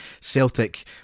Celtic